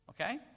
okay